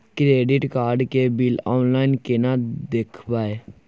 Credit card के bill online केना देखबय?